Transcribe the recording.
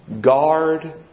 guard